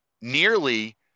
nearly